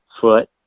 foot